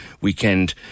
weekend